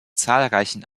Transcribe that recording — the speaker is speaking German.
zahlreichen